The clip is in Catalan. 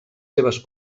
seves